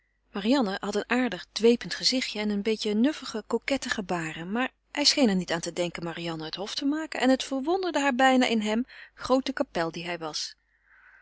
marianne had een aardig dwepend gezichtje en een beetje nuffige coquette gebaren maar hij scheen er niet om te denken marianne het hof te maken en het verwonderde haar bijna in hem groote kapel die hij was